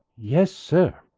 yes, sir.